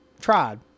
Tried